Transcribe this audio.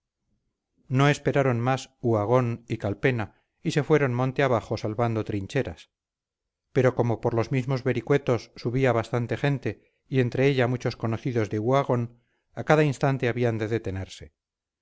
no esperaron más uhagón y calpena y se fueron monte abajo salvando trincheras pero como por los mismos vericuetos subía bastante gente y entre ella muchos conocidos de uhagón a cada instante habían de detenerse